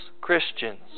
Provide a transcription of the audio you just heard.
Christians